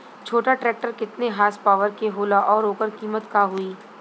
छोटा ट्रेक्टर केतने हॉर्सपावर के होला और ओकर कीमत का होई?